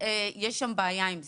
עם הקלנועית יש בעיה עם זה.